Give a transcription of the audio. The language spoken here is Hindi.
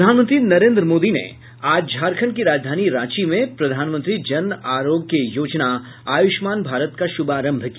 प्रधानमंत्री नरेन्द्र मोदी ने आज झारखंड की राजधानी रांची में प्रधानमंत्री जन आरोग्य योजना आयुष्मान भारत का शुभारंभ किया